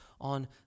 on